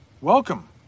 welcome